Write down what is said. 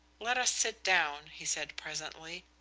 let us sit down, he said presently,